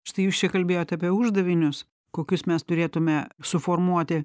štai jūs čia kalbėjot apie uždavinius kokius mes turėtume suformuoti